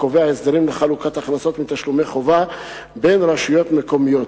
קובע הסדרים לחלוקת הכנסות מתשלומי חובה בין רשויות מקומיות.